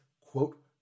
quote